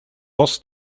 was